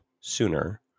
sooner